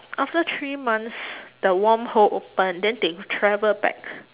after three months the wormhole open then they travel back